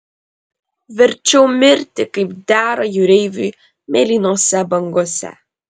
verčiau mirti kaip dera jūreiviui mėlynose bangose